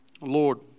Lord